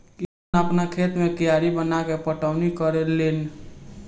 किसान आपना खेत मे कियारी बनाके पटौनी करेले लेन